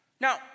Now